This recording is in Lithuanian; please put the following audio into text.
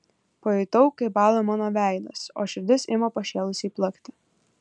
pajutau kaip bąla mano veidas o širdis ima pašėlusiai plakti